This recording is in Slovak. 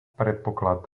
predpoklad